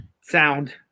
sound